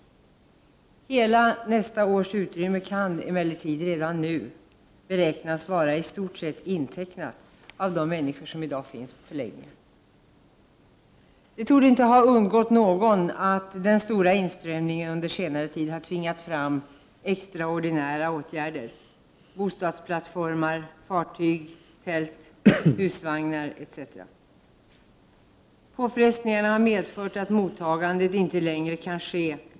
Hela nästa års utrymme kan emellertid redan nu beräknas vara i stort sett intecknat av de människor som i dag finns på förläggningar. Det torde inte ha undgått någon att den stora inströmmningen under senare tid har tvingat fram extraordnära åtgärder: bostadsplattformar, fartyg, tält, husvagnar etc. Påfrestningarna har medfört att mottagandet inte längre kan ske i de vär — Prot.